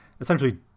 essentially